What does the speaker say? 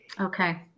Okay